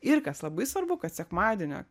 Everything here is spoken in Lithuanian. ir kas labai svarbu kad sekmadienio